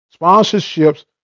Sponsorships